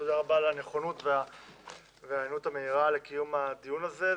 ותודה רבה על הנכונות וההיענות המהירה לקיום הדיון הזה.